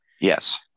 Yes